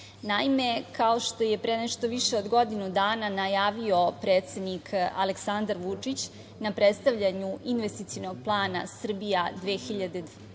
voda. Naime, kao što je pre nešto više od godinu dana najavio predsednik Aleksandar Vučić na predstavljanju investicionog plana „Srbija 2025“,